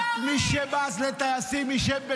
מי שבז לטייסים ישב בשקט,